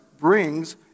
brings